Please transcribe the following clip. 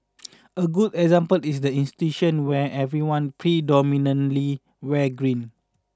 a good example is the institution where everyone predominantly wears green